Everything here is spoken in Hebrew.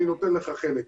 אני נותן לך חלק.